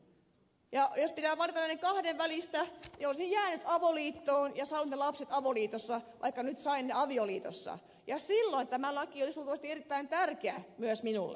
jos pitää valita näiden kahden välistä niin olisin jäänyt avoliittoon ja saanut ne lapset avoliitossa vaikka nyt sain ne avioliitossa ja silloin tämä laki olisi luultavasti erittäin tärkeä myös minulle